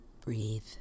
Breathe